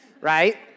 right